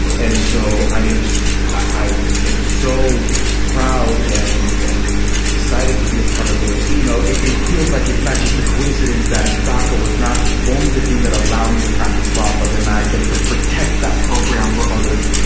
and so i ah as i am so proud and and excited to be a part of it, you know, it it feels like it's not just a coincidence that doca was not only the thing that allowed me to practice law, but then i get to protect that program for others.